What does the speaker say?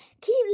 Keep